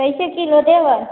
कइसे किलो देबै